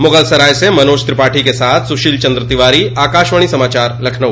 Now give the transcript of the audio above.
मुगलसराय से मनोज त्रिपाठी के साथ सुश्रील चन्द्र तिवारी आकाशवाणी समाचार लखनऊ